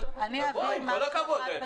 -- אני אבהיר -- עם כל הכבוד,